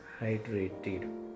hydrated